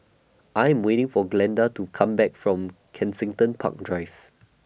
I Am waiting For Glenda to Come Back from Kensington Park Drive